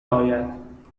آید